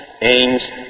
aims